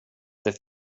det